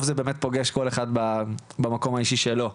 נראה לי שזה פוגש באמת כל אחד במקום האישי שלו.